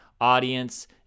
audience